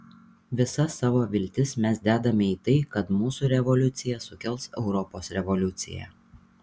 visas savo viltis mes dedame į tai kad mūsų revoliucija sukels europos revoliuciją